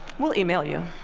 we'll email you.